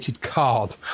card